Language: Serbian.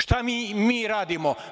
Šta mi radimo?